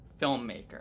filmmaker